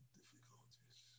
difficulties